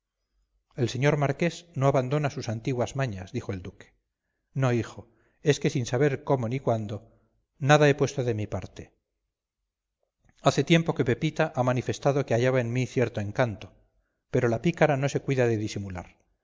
el señor marqués no abandona sus antiguas mañas dijo el duque no hijo es que sin saber cómo ni cuándo nada he puesto de mi parte hace tiempo que pepita ha manifestado que hallaba en mí cierto encanto pero la pícara no se cuida de disimular